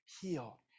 heal